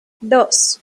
dos